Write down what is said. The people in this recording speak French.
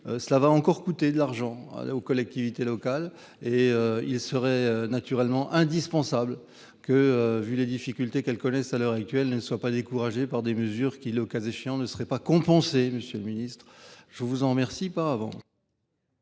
cela va encore coûter de l'argent aux collectivités locales et il serait naturellement indispensable que vu les difficultés qu'elles connaissent à l'heure actuelle ne soit pas découragés par des mesures qui, le cas échéant ne serait pas compensée. Monsieur le Ministre, je vous en remercie par avance.